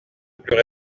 plus